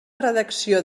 redacció